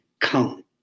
come